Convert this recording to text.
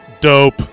Dope